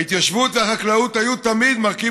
ההתיישבות והחקלאות היו תמיד מרכיב